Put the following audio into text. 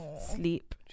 sleep